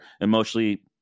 emotionally